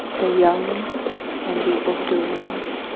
the young and the older ones,